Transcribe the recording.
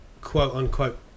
quote-unquote